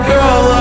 Girl